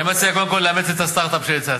אני מציע קודם כול לאמץ את הסטארט-אפ שהצעתי.